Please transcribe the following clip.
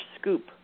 scoop